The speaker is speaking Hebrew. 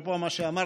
אפרופו מה שאמרת,